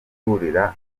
guhurira